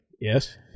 Yes